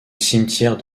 cimetière